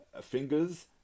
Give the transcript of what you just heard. fingers